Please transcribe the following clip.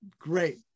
Great